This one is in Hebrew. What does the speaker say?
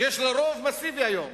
שיש לה רוב מסיבי היום,